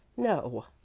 no,